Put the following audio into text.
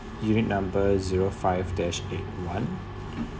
unit number zero five dash eight one